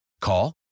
Call